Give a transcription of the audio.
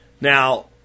Now